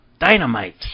dynamite